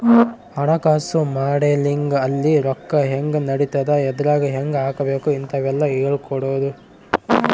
ಹಣಕಾಸು ಮಾಡೆಲಿಂಗ್ ಅಲ್ಲಿ ರೊಕ್ಕ ಹೆಂಗ್ ನಡಿತದ ಎದ್ರಾಗ್ ಹೆಂಗ ಹಾಕಬೇಕ ಇಂತವೆಲ್ಲ ಹೇಳ್ಕೊಡೋದು